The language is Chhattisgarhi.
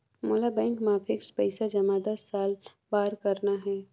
मोला बैंक मा फिक्स्ड पइसा जमा दस साल बार करना हे?